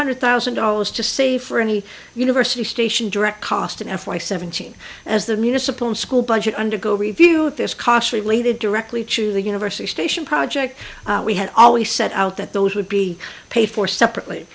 hundred thousand dollars just say for any university station direct cost in f y seventeen as the municipal and school budget undergo a review of this cost related directly to the university station project we had always set out that those would be paid for separately